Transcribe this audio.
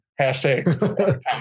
hashtag